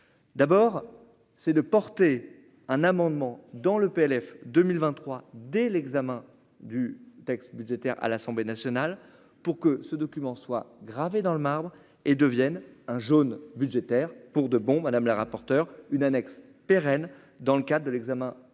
d'abord c'est de porter un amendement dans le PLF 2023 dès l'examen du texte budgétaire à l'Assemblée nationale pour que ce document soit gravé dans le marbre et devienne un jaune budgétaire pour 2 bombes madame la rapporteure une annexe pérenne dans le cas de l'examen des